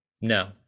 No